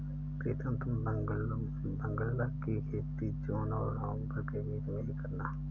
प्रीतम तुम बांग्ला की खेती जून और नवंबर के बीच में ही करना